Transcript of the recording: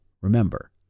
Remember